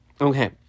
Okay